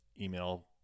email